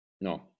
No